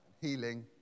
healing